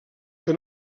que